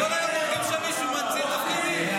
כל היום אומרים --- חבר הכנסת פורר, בבקשה.